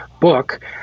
book